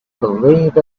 believe